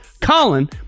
Colin